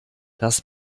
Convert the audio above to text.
das